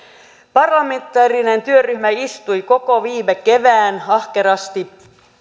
parlamentaarinen työryhmä istui koko viime kevään ahkerasti